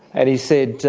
and he said,